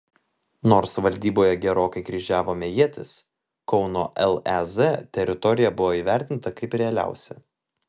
nors valdyboje gerokai kryžiavome ietis kauno lez teritorija buvo įvertinta kaip realiausia